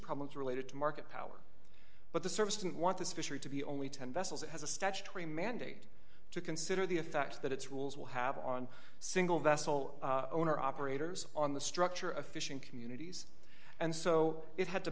problems related to market power but the service didn't want this fishery to be only ten vessels it has a statutory mandate to consider the effect that its rules will have on single vessel owner operators on the structure of fishing communities and so it had to